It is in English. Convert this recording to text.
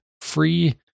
Free